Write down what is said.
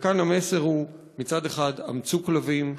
וכאן המסר הוא: מצד אחד, אמצו כלבים,